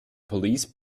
police